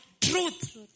truth